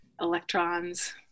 Electrons